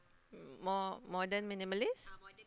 more modern minimalist